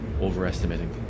overestimating